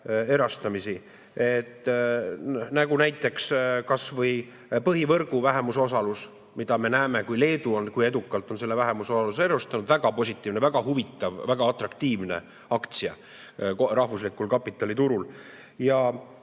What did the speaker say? erastamisi, näiteks kas või põhivõrgu vähemusosalust. Me näeme, kui edukalt on Leedu selle vähemusosaluse erastanud. Väga positiivne, väga huvitav, väga atraktiivne aktsia rahvuslikul kapitaliturul. Just